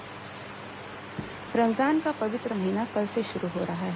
रमजान रमजान का पवित्र महीना कल से शुरू हो रहा है